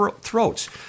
throats